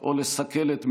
או לסכל את מדיניותו,